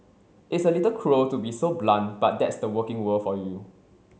it's a little cruel to be so blunt but that's the working world for you